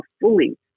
fully